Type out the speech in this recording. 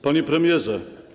Panie Premierze!